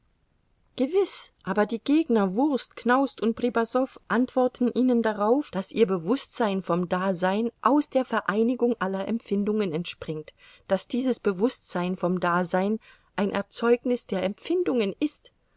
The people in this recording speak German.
gewiß aber die gegner wurst knaust und pripasow antworten ihnen darauf daß ihr bewußtsein vom dasein aus der vereinigung aller empfindungen entspringt daß dieses bewußtsein vom dasein ein erzeugnis der empfindungen ist